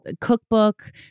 cookbook